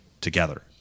together